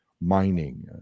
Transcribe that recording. mining